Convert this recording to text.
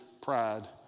pride